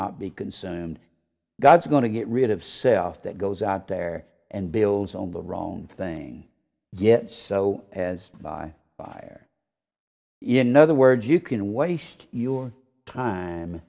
not be consumed god's going to get rid of self that goes out there and builds on the wrong thing yet so as by fire yet another word you can waste your time